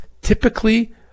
typically